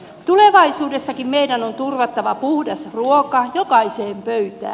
tulevaisuudessakin meidän on turvattava puhdas ruoka jokaiseen pöytään